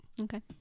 Okay